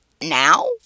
Now